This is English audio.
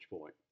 point